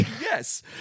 Yes